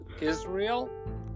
Israel